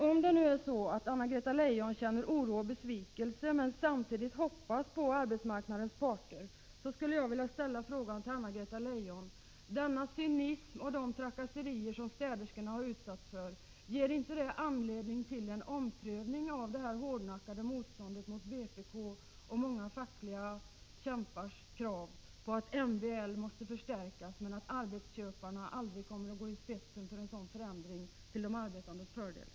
Om det nu är så att Anna-Greta Leijon känner oro och besvikelse men samtidigt hoppas på arbetsmarknadens parter skulle jag vilja fråga: Ger inte den cynism som arbetsgivarna visat och de trakasserier som städerskorna har utsatts för anledning till en omprövning av det hårdnackade motståndet mot vpk:s och många fackliga kämpars krav att MBL måste förstärkas? Arbetsköparna kommer aldrig att gå i spetsen när det gäller en förbättring till de arbetandes fördel.